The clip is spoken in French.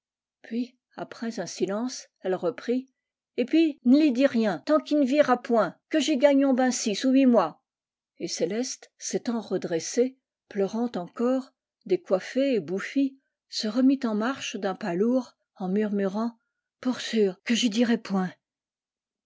puis après un silence elle reprit et pis n'ii dis rien tant qu'i n'verra point que j'y gagnions ben six ou huit mois et céleste s'étant redressée pleurant encore décoiffée et bouffie se remit en marche d'un pas lourd en murmurant pour sûr que j'y dirai point